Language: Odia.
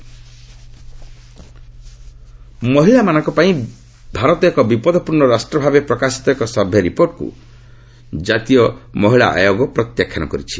ଏମ୍ସିଡବ୍ଲ୍ୟ ମହିଳାମାନଙ୍କ ପାଇଁ ଭାରତ ଏକ ବିପଦପ୍ରର୍ଣ୍ଣ ରାଷ୍ଟ ଭାବେ ପ୍ରକାଶିତ ଏକ ସର୍ଭେ ରିପୋର୍ଟକୁ ଜାତୀୟ ମହିଳା ଆୟୋଗ ପ୍ରତ୍ୟାଖ୍ୟାନ କରିଛି